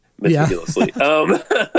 meticulously